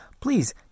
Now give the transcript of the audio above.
please